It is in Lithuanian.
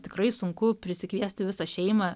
tikrai sunku prisikviesti visą šeimą